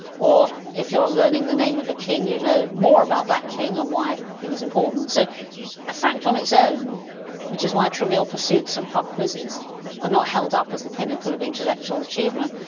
or if you're learning the name of a king, you know more about that king and why he was important. so a fact on its own is why trivial pursuits and pub quizzes are not held up as the pinnacle of intellectual achievement,